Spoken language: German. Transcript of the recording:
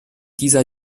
dieser